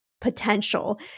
potential